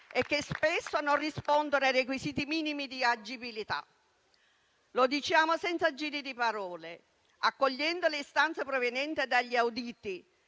e che spesso non rispondono ai requisiti minimi di agibilità. Lo diciamo senza giri di parole, accogliendo le istanze provenienti dagli auditi: